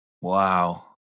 Wow